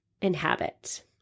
inhabit